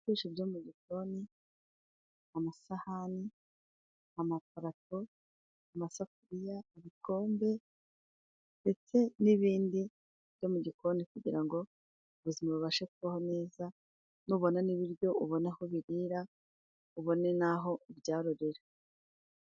Ibikoresho byo mu igikoni amasahani, amaparato, amasafuriya, ibikombe ndetse n'ibindi byo mu gikoni. Kugirango ubuzima bubashe kubaho neza n'ubona n'ibiryo ubone aho biririra, ubone naho ubyarurira.